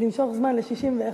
למשוך זמן ל-61,